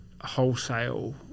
wholesale